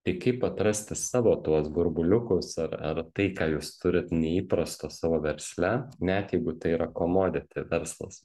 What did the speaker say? tai kaip atrasti savo tuos burbuliukus ar ar tai ką jūs turit neįprasto savo versle net jeigu tai yra komoditi verslas